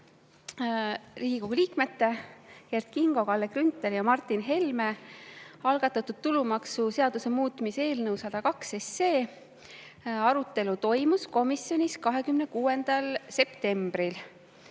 Riigikogu liikmete Kert Kingo, Kalle Grünthali ja Martin Helme algatatud tulumaksuseaduse muutmise eelnõu 102 arutelu toimus komisjonis 26. septembril.